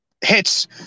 hits